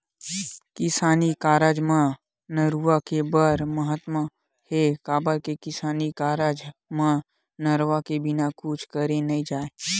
किसानी कारज म नरूवा के बड़ महत्ता हे, काबर के किसानी कारज म नरवा के बिना कुछ करे नइ जाय